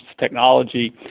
technology